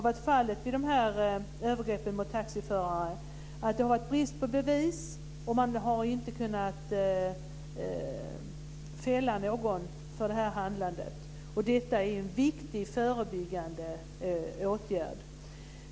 Vid övergrepp mot taxiförare har det ju ofta varit brist på bevis och det har inte gått att fälla någon för handlingen i fråga. Här handlar det alltså om en viktig förebyggande åtgärd.